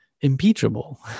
impeachable